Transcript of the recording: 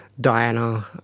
Diana